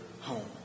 home